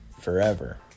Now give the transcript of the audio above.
forever